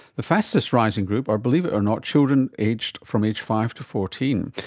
the fastest rising group are, believe it or not, children aged from age five to fourteen.